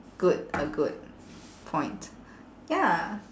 good a good point ya